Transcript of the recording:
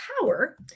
power